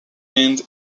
end